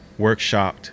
workshopped